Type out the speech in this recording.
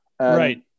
right